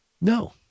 No